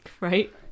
Right